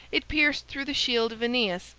it pierced through the shield of aeneas,